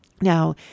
Now